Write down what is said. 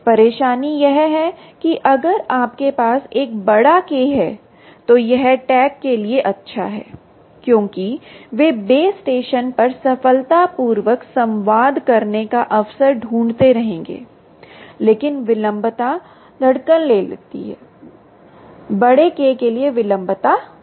परेशानी यह है कि अगर आपके पास एक बड़ा K है तो यह टैग के लिए अच्छा है क्योंकि वे बेस स्टेशन पर सफलतापूर्वक संवाद करने का अवसर ढूंढते रहेंगे लेकिन विलंबता धड़कन लेती है बड़े K के लिए विलंबता बढ़ जाती है